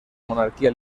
monarquía